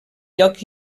lloc